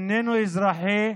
איננו אזרחי,